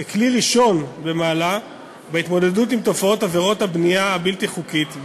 ככלי ראשון במעלה בהתמודדות עם תופעות עבירות הבנייה הבלתי-חוקית,